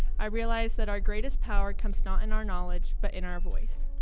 i realized that our greatest power comes not in our knowledge but in our voice.